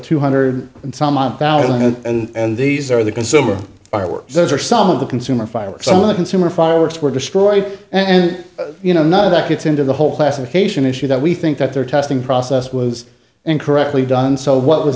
two hundred and some on talent and these are the consumer artwork those are some of the consumer fireworks some of the consumer fireworks were destroyed and you know none of that gets into the whole classification issue that we think that they're testing process was and correctly done so what w